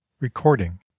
Recording